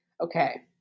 Okay